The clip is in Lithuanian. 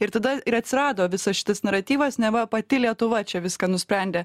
ir tada ir atsirado visas šitas naratyvas neva pati lietuva čia viską nusprendė